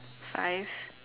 five